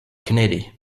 kennedy